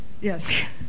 Yes